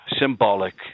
symbolic